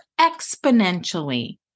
exponentially